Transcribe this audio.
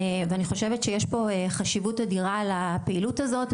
ואני חושבת שיש פה חשיבות אדירה לפעילות הזאת,